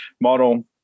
model